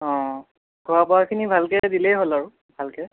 অঁ খোৱা বোৱাখিনি ভালকে দিলেই হ'ল আৰু ভালকে